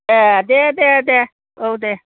ए दे दे दे औ देह